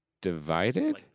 divided